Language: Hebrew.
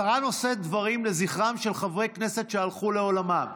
השרה נושאת דברים לזכרם של חברי כנסת שהלכו לעולמם.